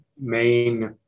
main